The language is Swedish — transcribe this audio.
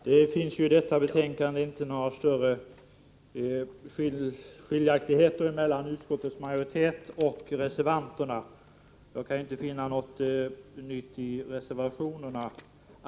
Herr talman! I betänkandet redovisas inte några större meningsskiljaktigheter mellan utskottets majoritet och reservanterna. Jag kan inte finna att man tar upp något nytt i reservationerna.